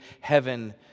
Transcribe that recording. heaven